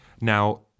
Now